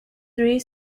three